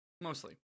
Mostly